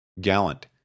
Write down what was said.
Gallant